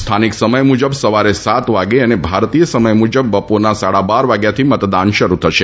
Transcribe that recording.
સ્થાનિક સમય મુજબ સવારે સાત વાગે અને ભારતીય સમય મુજબ બપોરના સાડા બાર વાગ્યાથી મતદાન શરૂ થશે